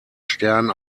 stern